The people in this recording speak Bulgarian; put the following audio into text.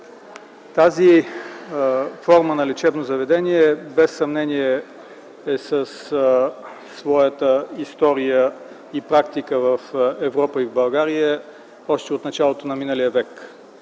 тази форма на лечебно заведение е със своята история и практика в Европа и в България още от началото на миналия век.